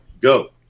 go